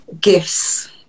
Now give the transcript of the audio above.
gifts